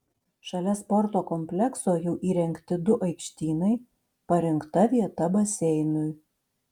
šalia sporto komplekso jau įrengti du aikštynai parinkta vieta baseinui